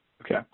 Okay